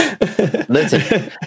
Listen